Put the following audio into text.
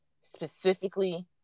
specifically